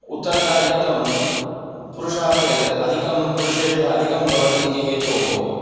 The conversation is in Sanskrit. उत्तरदायित्वं पुरुषात् अधिकं पुरुषेभ्यः अधिकं भवति इति हेतोः